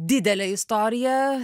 didelė istorija